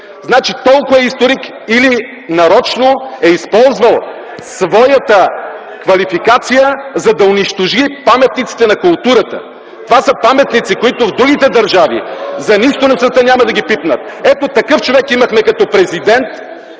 значи толкова е историк. Или нарочно е използвал своята квалификация, за да унищожи паметниците на културата. Това са паметници, които в другите държави (шум и реплики от опозицията) за нищо на света няма да ги пипнат. Ето такъв човек имахме като президент.